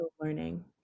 learning